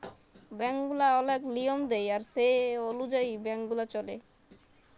bank গুলা ওলেক লিয়ম দেয় আর সে অলুযায়ী ব্যাংক গুলা চল্যে